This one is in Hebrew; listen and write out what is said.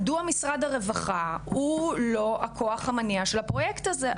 מדוע משרד הרווחה הוא לא הכוח המניע של הפרויקט הזה,